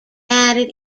added